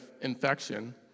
infection